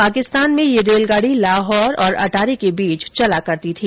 पाकिस्तान में यह रेलगाड़ी लाहौर और अटारी के बीच चला करती थी